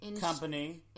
Company